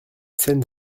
scène